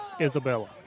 Isabella